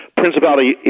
principality